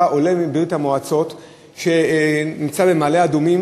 עולה מברית-המועצות שנמצא במעלה-אדומים,